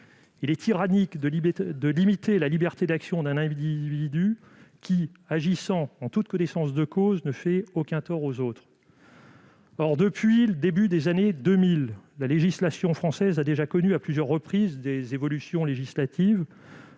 Il est tyrannique de limiter la liberté d'action d'un individu qui, agissant en toute connaissance de cause, ne cause aucun tort aux autres. Or, depuis le début des années 2000, la législation française a déjà connu à plusieurs reprises des évolutions. Pourtant, les